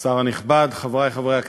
תודה רבה, השר הנכבד, חברי חברי הכנסת,